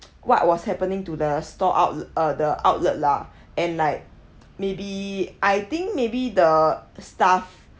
what was happening to the store out uh the outlet lah and like maybe I think maybe the staff